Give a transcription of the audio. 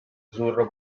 azzurro